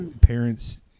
parents